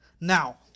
Now